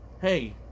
hey